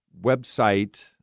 website